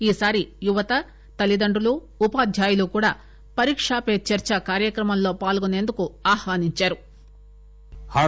ఈ సారి యువత తల్లిదండ్రులు ఉపాధ్యాయులు కూడా పరీకా పే చర్చా కార్యక్రమంలో పాల్గొసేందుకు ఆహ్వానించారు